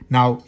Now